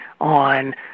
on